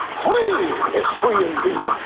free is free indeed!